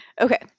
okay